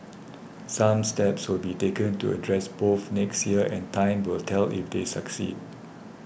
some steps will be taken to address both next year and time will tell if they succeed